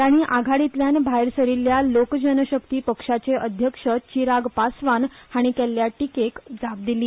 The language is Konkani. तांणी आघाडींतल्यान भायर सरिल्ल्या लोक जन शक्ती पक्षाचे अध्यक्ष चिराग पास्वान हांणी केल्ले टिकेक जाप दिली